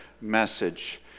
message